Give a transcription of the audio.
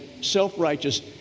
self-righteous